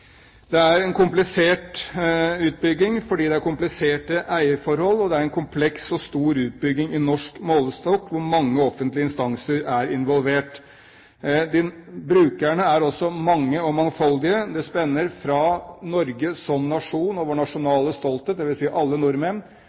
en komplisert utbygging fordi det er kompliserte eierforhold, og det er en kompleks og stor utbygging i norsk målestokk, hvor mange offentlige instanser er involvert. Brukerne er også mange og mangfoldige. Det spenner fra Norge som nasjon og vår nasjonale stolthet, dvs. alle nordmenn,